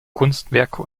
kunstwerke